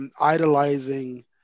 Idolizing